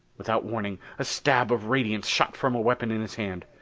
without warning, a stab of radiance shot from a weapon in his hand.